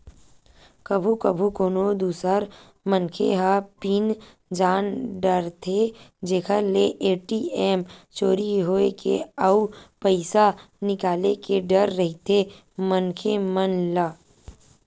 कभू कभू कोनो दूसर मनखे ह पिन जान डारथे जेखर ले ए.टी.एम चोरी होए के अउ पइसा निकाले के डर रहिथे मनखे मन ल